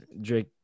Drake